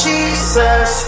Jesus